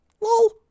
Lol